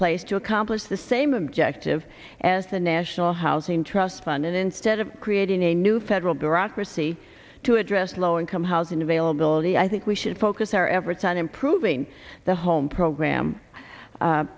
place to accomplish the same objective as the national housing trust fund and instead of creating a new federal bureaucracy to address low income housing availability i think we should focus our efforts on improving the home program a